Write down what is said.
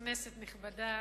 כנסת נכבדה